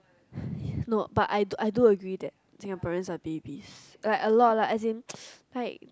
no but I do I do agree that Singaporeans are babies like a lot like as in like